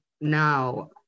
now